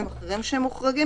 הסברנו